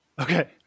okay